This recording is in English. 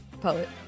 Poet